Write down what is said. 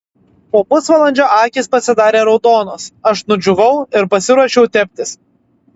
po pusvalandžio akys pasidarė raudonos aš nudžiūvau ir pasiruošiau teptis